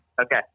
Okay